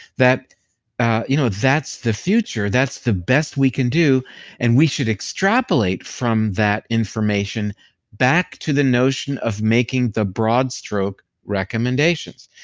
ah you know that's the future. that's the best we can do and we should extrapolate from that information back to the notion of making the broad stroke recommendations.